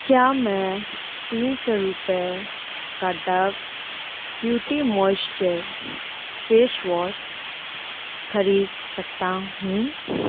क्या मैं तीन सौ रुपये का Dove beauty moisture face wash खरीद सकता हूँ